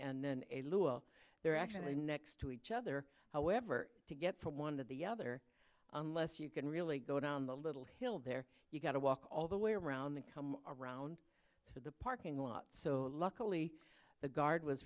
and then a little there are actually next to each other however to get from one to the other unless you can really go down the little hill there you've got to walk all the way around and come around to the parking lot so luckily the guard was